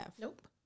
Nope